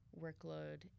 workload